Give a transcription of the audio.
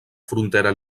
frontera